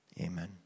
Amen